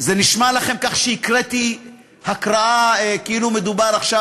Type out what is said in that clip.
זה נשמע לכם ככה שהקראתי הקראה כאילו מדובר עכשיו